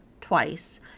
twice